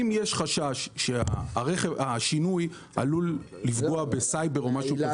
אם יש חשש שהשינוי עלול לפגוע בסייבר או משהו כזה,